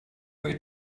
way